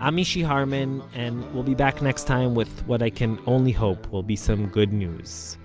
i'm mishy harman, and we'll be back next time, with what i can only hope will be some good news.